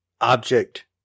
object